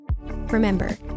Remember